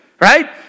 right